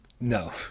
No